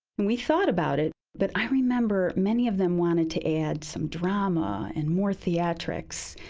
and we thought about it, but i remember many of them wanted to add some drama and more theatrics.